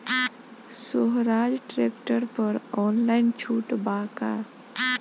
सोहराज tractor पर online छूट बा का?